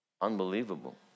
Unbelievable